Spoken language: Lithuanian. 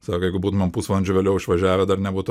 sako jeigu būtumėm pusvalandžiu vėliau išvažiavę dar nebūtų